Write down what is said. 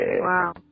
wow